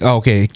okay